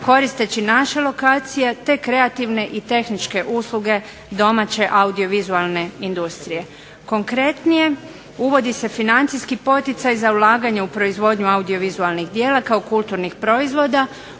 koristeći naše lokacije te kreativne i tehničke usluge domaće audiovizualne industrije. Konkretnije, uvodi se financijski poticaj za ulaganje u proizvodnju audiovizualnih djela kao kulturnih proizvoda